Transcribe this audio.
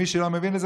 מי שלא מבין את זה,